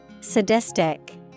Sadistic